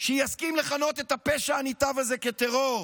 להסכים לכנות את הפשע הנתעב הזה "טרור".